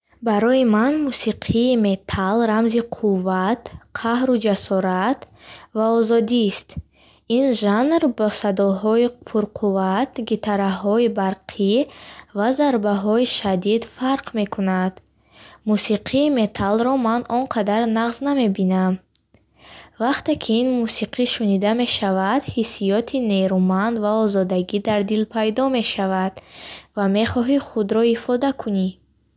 Барои ман мусиқии металл рамзи қувват, қаҳру ҷасорат ва озодист. Ин жанр бо садоҳои пурқувват, гитараҳои барқӣ ва зарбаҳои шадид фарқ мекунад. Мусиқии металлро ман он қадар нағз намебинам. Вақте ин мусиқи шунида мешавад, ҳиссиёти нерӯманд ва озодагӣ дар дил пайдо мешавад ва мехоҳӣ худро ифода кунӣ.